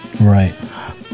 Right